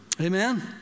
Amen